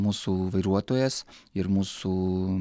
mūsų vairuotojas ir mūsų